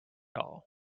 all